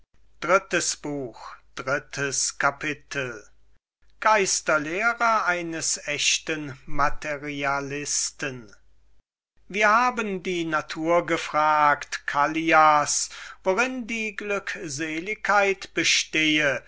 drittes kapitel die geisterlehre eines echten materialisten wir haben die natur gefragt callias worin die glückseligkeit bestehe